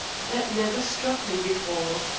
that never struck me before.